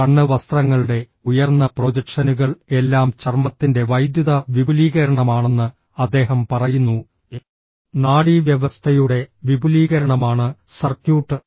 കണ്ണ് വസ്ത്രങ്ങളുടെ ഉയർന്ന പ്രൊജക്ഷനുകൾ എല്ലാം ചർമ്മത്തിന്റെ വൈദ്യുത വിപുലീകരണമാണെന്ന് അദ്ദേഹം പറയുന്നു നാഡീവ്യവസ്ഥയുടെ വിപുലീകരണമാണ് സർക്യൂട്ട്